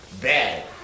bad